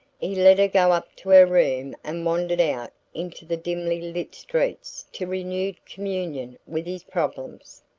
he let her go up to her room and wandered out into the dimly lit streets to renewed communion with his problems.